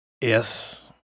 Yes